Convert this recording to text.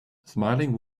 smiling